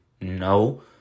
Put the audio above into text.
No